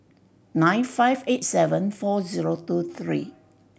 nine five eight seven four zero two three